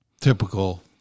typical